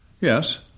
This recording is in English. Yes